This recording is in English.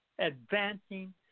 advancing